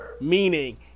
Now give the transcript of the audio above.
meaning